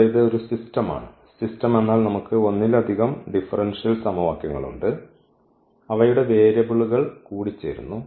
ഇവിടെ ഇത് ഒരു സിസ്റ്റമാണ് സിസ്റ്റം എന്നാൽ നമുക്ക് ഒന്നിലധികം ഡിഫറൻഷ്യൽ സമവാക്യങ്ങളുണ്ട് അവയുടെ വേരിയബിളുകൾ കൂടിച്ചേരുന്നു